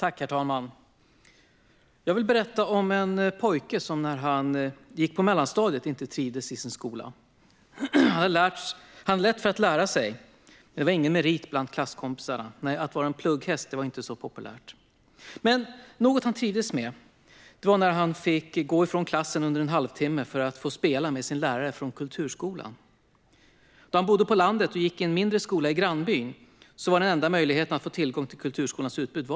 Herr talman! Jag vill berätta om en pojke som när han gick på mellanstadiet inte trivdes i sin skola. Han hade lätt för att lära sig, men det var ingen merit bland klasskompisarna. Nej, att vara en plugghäst var inte så populärt. Men något han trivdes med var när han fick gå ifrån klassen under en halvtimme för att spela med sin lärare från kulturskolan. Då han bodde på landet och gick i en mindre skola i grannbyn var det den enda möjligheten att få tillgång till kulturskolans utbud.